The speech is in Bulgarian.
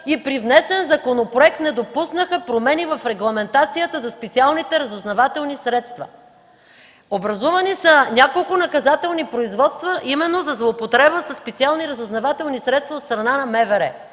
и при внесен законопроект не допуснаха промени в регламентацията за специалните разузнавателни средства. Образувани са няколко наказателни производства именно за злоупотреба със специални разузнавателни средства от страна на МВР,